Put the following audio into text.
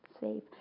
safe